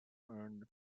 earned